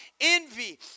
envy